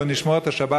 לא נשמור את השבת,